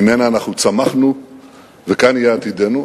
שממנה אנחנו צמחנו וכאן יהיה עתידנו,